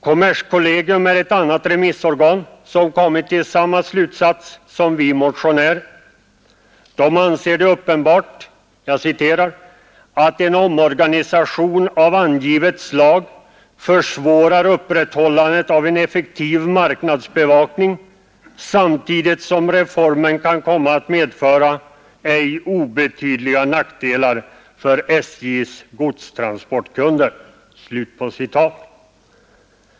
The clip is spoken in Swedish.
Kommerskollegium är ett annat remissorgan som kommit till samma slutsats som vi motionärer. De anser det uppenbart ”att en omorganisation av angivet slag försvårar upprätthållandet av en effektiv marknadsbevakning samtidigt som reformen kan komma att medföra ej obetydliga nackdelar för SJ:s godstransportkunder”.